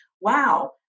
wow